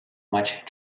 much